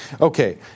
Okay